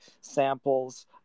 samples